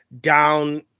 down